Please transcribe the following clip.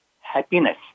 happiness